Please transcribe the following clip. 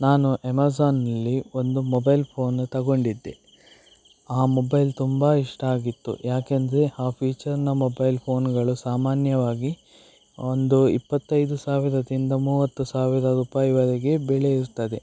ನಾನು ಎಮೇಜಾನ್ನಲ್ಲಿ ಒಂದು ಮೊಬೈಲ್ ಫೋನ ತಗೊಂಡಿದ್ದೆ ಆ ಮೊಬೈಲ್ ತುಂಬ ಇಷ್ಟ ಆಗಿತ್ತು ಯಾಕೆಂದರೆ ಆ ಫೀಚರ್ನ ಮೊಬೈಲ್ ಫೋನ್ಗಳು ಸಾಮಾನ್ಯವಾಗಿ ಒಂದು ಇಪ್ಪತ್ತೈದು ಸಾವಿರದಿಂದ ಮೂವತ್ತು ಸಾವಿರ ರೂಪಾಯಿವರೆಗೆ ಬೆಲೆ ಇರ್ತದೆ